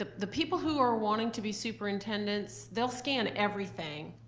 ah the people who are wanting to be superintendents, they'll scan everything,